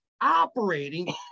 operating